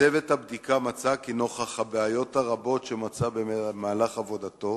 צוות הבדיקה מצא כי נוכח הבעיות שמצא במהלך עבודתו